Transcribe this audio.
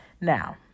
Now